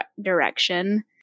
direction